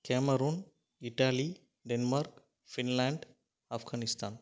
cameron Italy Denmark Finland Afghanistan